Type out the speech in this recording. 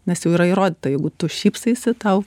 nes jau yra įrodyta jeigu tu šypsaisi tau